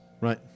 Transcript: Right